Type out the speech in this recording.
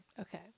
Okay